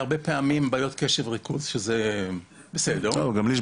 פעמים בעיות קשב וריכוז שזה בסדר --- גם לי יש